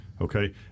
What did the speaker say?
okay